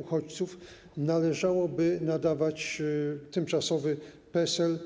uchodźców, należałoby nadawać tymczasowy PESEL.